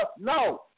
No